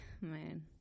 Man